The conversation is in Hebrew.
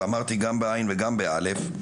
ואמרתי גם ב- ע' וגם ב- א',